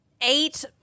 Eight